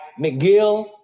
McGill